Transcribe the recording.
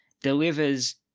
delivers